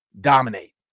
dominate